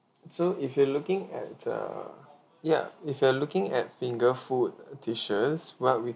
so if you are looking at err ya if you are looking at finger food dishes what we